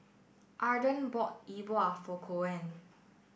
Arden bought Yi Bua for Koen